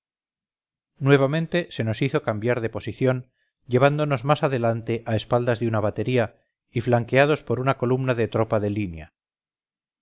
nuevamente se nos hizo cambiar de posición llevándonos más adelante a espaldas de una batería y flanqueados por una columna de tropa de línea